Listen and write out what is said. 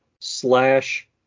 slash